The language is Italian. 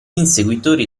inseguitori